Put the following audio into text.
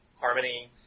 harmony